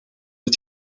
het